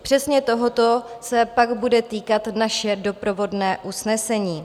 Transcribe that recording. Přesně tohoto se pak bude týkat naše doprovodné usnesení.